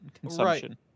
consumption